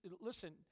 listen